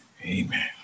Amen